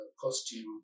costume